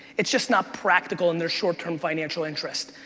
it's just not practical in their short-term financial interest,